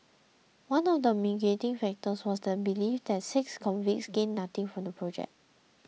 one of the mitigating factors was their belief that the six convicts gained nothing from the project